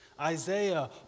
Isaiah